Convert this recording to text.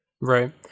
Right